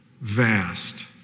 vast